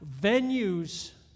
venues